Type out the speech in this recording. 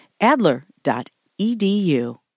Adler.edu